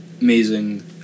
amazing